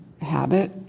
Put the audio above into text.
habit